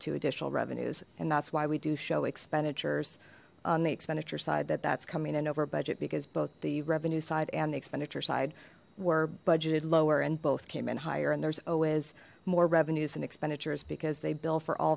to additional revenues and that's why we do show expenditures on the expenditure side that that's coming in over budget because both the revenue side and the expenditure side were budgeted lower and both came in higher and there's always more revenues and expenditures because they bill for all